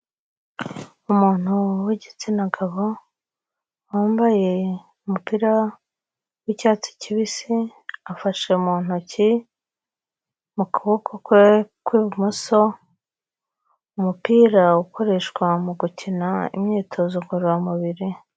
Umuntu w'igitsina gabo, wambaye umupira w'icyatsi kibisi, afashe mu ntoki mu kuboko kwe kw'ibumoso umupira ukoreshwa mu gukina imyitozo ngororamubiri.